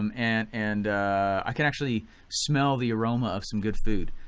um and and i can actually smell the aroma of some good food.